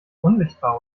unsichtbar